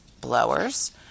blowers